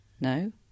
No